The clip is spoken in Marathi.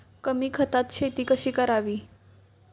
कमी खतात शेती कशी करावी?